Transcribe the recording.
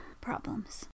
problems